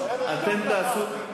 אתם תעשו,